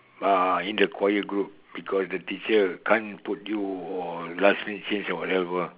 uh in the choir group because the teacher can't put you or last minute change or whatever